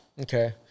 okay